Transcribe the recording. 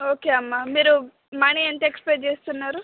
okay అమ్మ మీరు money ఎంత ఎక్స్పెక్ట్ చేస్తున్నారు